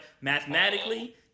Mathematically